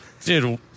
dude